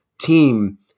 team